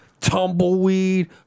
tumbleweed